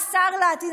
השר לעתיד,